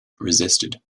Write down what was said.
resisted